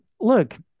look